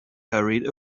hurried